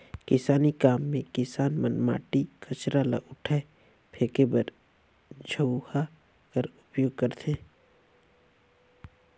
किसानी काम मे किसान मन माटी, कचरा ल उठाए फेके बर झउहा कर उपियोग करथे